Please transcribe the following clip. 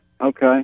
okay